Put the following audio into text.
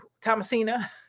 Thomasina